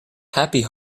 happy